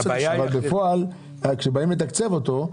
בפועל, כשבאים לתקצב אותו,